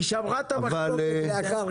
אתה תפרגן לה, היא שמרה את המחלוקת לאחר כך.